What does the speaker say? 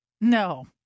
No